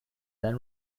then